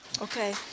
Okay